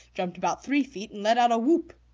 jumped about three feet, and let out a whoop.